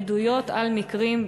עדויות על מקרים,